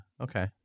Okay